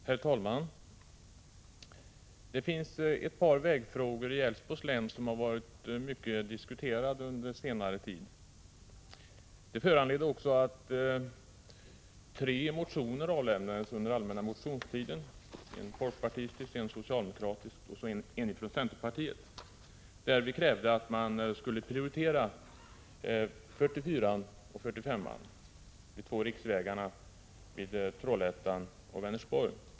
Herr talman! Det är ett par vägfrågor i Älvsborgs län som har diskuterats mycket under senare tid. De föranledde också att tre motioner avlämnades under allmänna motionstiden — en folkpartistisk, en socialdemokratisk och en från centerpartiet — där vi krävde att man skulle prioritera väg 44 och väg 45, de två riksvägarna vid Trollhättan och Vänersborg.